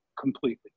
completely